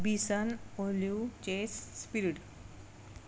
bison olive cheese spirit